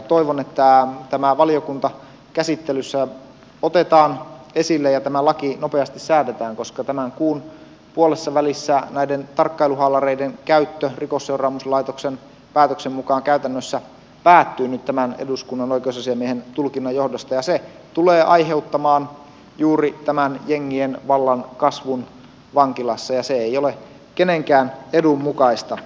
toivon että tämä valiokuntakäsittelyssä otetaan esille ja tämä laki nopeasti säädetään koska tämän kuun puolessavälissä näiden tarkkailuhaalareiden käyttö rikosseuraamuslaitoksen päätöksen mukaan käytännössä päättyy nyt tämän eduskunnan oikeusasiamiehen tulkinnan johdosta ja se tulee aiheuttamaan juuri tämän jengien vallan kasvun vankilassa ja se ei ole kenenkään edun mukaista